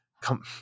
come